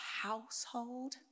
household